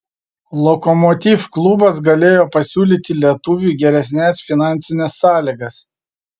lokomotiv klubas galėjo pasiūlyti lietuviui geresnes finansines sąlygas